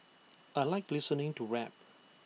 I Like listening to rap